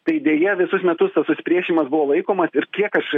tai deja visus metus tas susipriešinimas buvo laikomas ir kiek aš